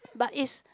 but is